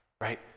right